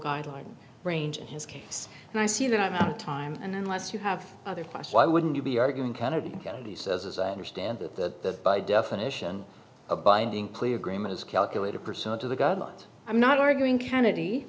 guideline range in his case and i see that i'm out of time and unless you have another place why wouldn't you be arguing kennedy county says as i understand that by definition a binding clear agreement is calculated pursuant to the guidelines i'm not arguing kennedy